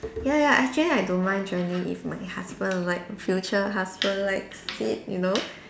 ya ya actually I don't mind joining if my husband like future husband likes it you know